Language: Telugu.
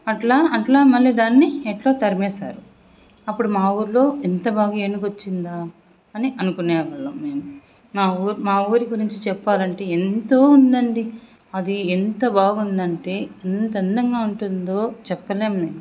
అట్లా అట్లా మళ్ల దాన్ని ఎట్లో తరిమేశారు అప్పుడు మా ఊర్లో ఎంత బాగా ఏనుగు వచ్చిందా అని అనుకునే వాళ్ళము మేము మా ఊరి మా ఊరి గురించి చెప్పాలంటే ఎంతో ఉందండి అది ఎంత బాగుంది అంటే ఎంత అందంగా ఉంటుందో చెప్పలేం